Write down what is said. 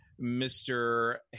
Mr